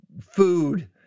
food